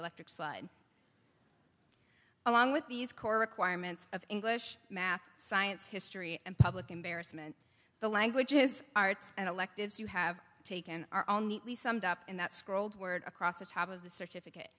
electric slide along with these core requirements of english math science history and public embarrassment the languages arts and electives you have taken our own neatly summed up in that scrolled word across the top of the certificate